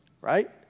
Right